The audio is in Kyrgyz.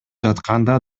жатканда